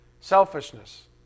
selfishness